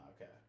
okay